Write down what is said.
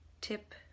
tip